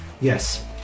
Yes